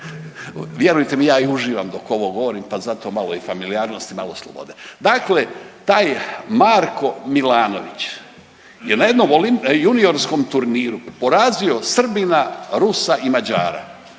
vjerujte mi ja i uživam dok ovo govorim pa zato malo i familijarnosti, malo slobode. Dakle, taj Marko Milanović je na jednom juniorskom turniru porazio Srbina, Rusa i Mađara.